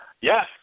Yes